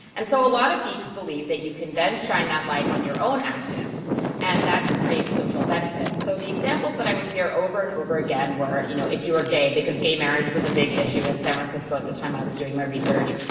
and so a lot of geeks believe that you can then shine that light on your own actions and that creates social benefits. so the examples that i would hear over and over again were you know if you were gay, because gay marriage was a big issue in san francisco at the time i was doing my research,